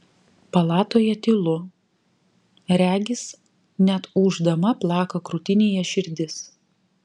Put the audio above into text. palatoje tylu regis net ūždama plaka krūtinėje širdis